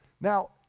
Now